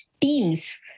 teams